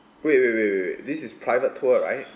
wait wait wait wait wait this is private tour right